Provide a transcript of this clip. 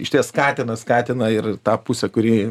išties skatina skatina ir tą pusę kuri